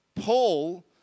Paul